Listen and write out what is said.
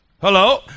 Hello